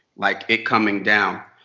like, it coming down.